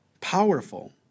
Powerful